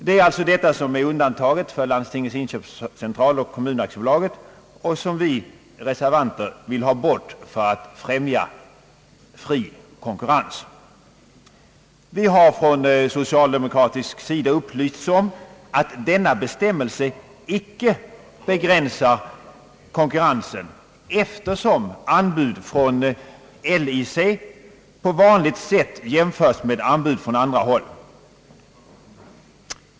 Det är alltså detta som är undantaget för Landstingens inköpscentral och Kommunaktiebolaget och som vi reservanter vill ha bort för att främja fri konkurrens. Vi har från socialdemokratisk sida upplysts om att denna bestämmelse inte begränsar konkurrensen, eftersom anbud från LIC på vanligt sätt jämförs med anbud från andra håll.